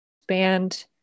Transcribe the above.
expand